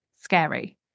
scary